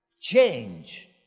Change